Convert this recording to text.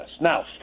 Now